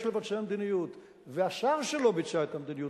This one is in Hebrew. לבצע מדיניות והשר שלו ביצע את המדיניות,